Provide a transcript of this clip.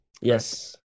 Yes